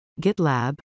GitLab